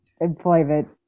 employment